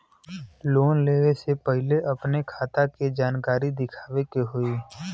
Loan लेवे से पहिले अपने खाता के जानकारी दिखावे के होई?